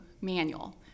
manual